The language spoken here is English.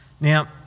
Now